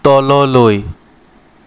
তললৈ